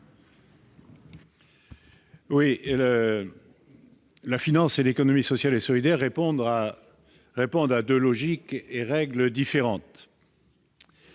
La finance et l'économie sociale et solidaire, l'ESS, répondent à des logiques et à des règles différentes.